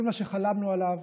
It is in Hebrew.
כל מה שחלמנו עליו